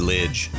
Lidge